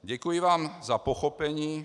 Děkuji vám za pochopení.